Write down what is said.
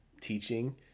teaching